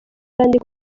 kandi